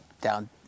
Down